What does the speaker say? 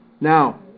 Now